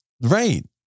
Right